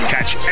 Catch